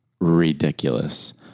ridiculous